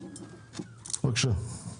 ובסופו של דבר אם עלויות התפעול שלי- -- רמי עזוב את זה,